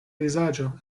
vizaĝo